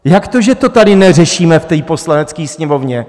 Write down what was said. Jak to, že to tady neřešíme v Poslanecké sněmovně?